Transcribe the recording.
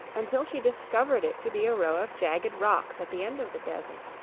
until she discovered it to be a row of jagged rocks at the end of the desert,